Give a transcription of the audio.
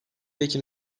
ekim